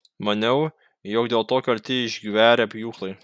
maniau jog dėl to kalti išgverę pjūklai